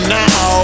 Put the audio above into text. now